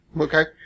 Okay